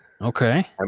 Okay